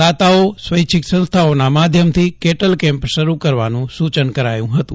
દાતાઓ સ્વૈચ્છિક સંસ્થાઓના માધ્યમથી કેટલ કેમ્પ શરૂ કરવા સુચન કરાયું હતું